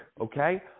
okay